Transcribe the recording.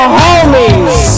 homies